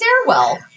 stairwell